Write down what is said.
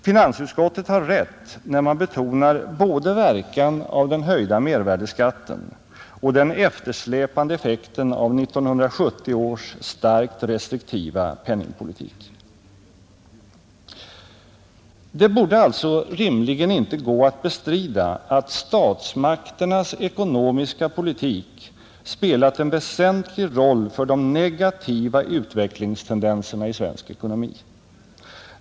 Finansutskottet har rätt när man betonar både verkan av den höjda mervärdeskatten och den eftersläpande effekten av 1970 års starkt restriktiva penningpolitik. Det borde alltså rimligen inte gå att bestrida att statsmakternas ekonomiska politik spelat en väsentlig roll för de negativa utvecklingstendenserna i svensk ekonomi.